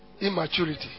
immaturity